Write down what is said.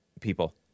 people